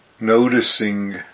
noticing